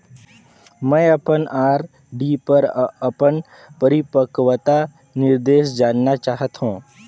मैं अपन आर.डी पर अपन परिपक्वता निर्देश जानना चाहत हों